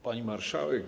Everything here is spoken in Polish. Pani Marszałek!